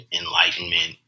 enlightenment